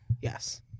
Yes